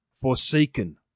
forsaken